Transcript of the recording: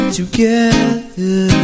together